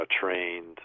trained